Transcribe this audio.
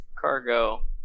cargo